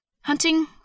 Hunting